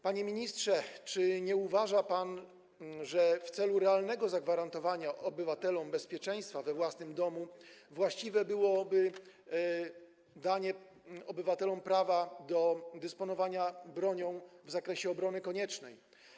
Panie ministrze, czy nie uważa pan, że w celu realnego zagwarantowania obywatelom bezpieczeństwa we własnym domu właściwe byłoby danie obywatelom prawa do dysponowania bronią w zakresie obrony koniecznej?